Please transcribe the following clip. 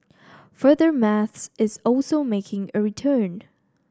further maths is also making a return